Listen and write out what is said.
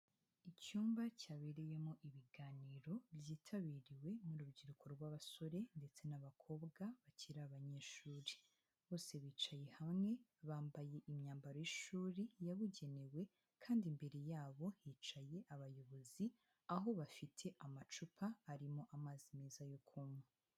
Icyumba cyabereyemo ibiganiro byitabiriwe n'urubyiruko rw'abasore ndetse n'abakobwa bakiri abanyeshuri, bose bicaye hamwe bambaye imyambaro y'ishuri yabugenewe kandi imbere yabo hicaye abayobozi, aho bafite amacupa arimo amazi meza yo kuywa.